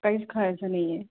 काहीच खायचं नाही आहे